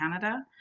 Canada